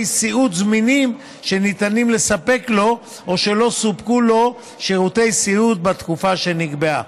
סיעוד זמינים שניתן לספק לו או שלא סופקו לו שירותי סיעוד בתקופה שנקבעה,